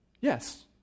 Yes